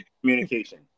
communication